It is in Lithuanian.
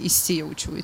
įsijaučiau į